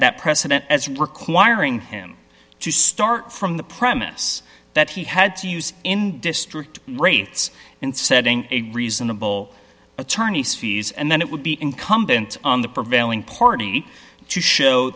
that precedent as requiring him to start from the premise that he had to use in district rates in setting a reasonable attorneys fees and then it would be incumbent on the prevailing party to show